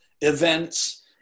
events